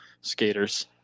skaters